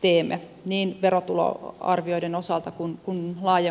teemme niin verotuloarvioiden osalta kuin laajemmaltikin